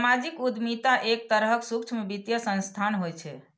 सामाजिक उद्यमिता एक तरहक सूक्ष्म वित्तीय संस्थान होइ छै